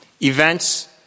Events